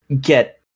get